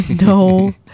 No